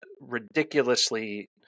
ridiculously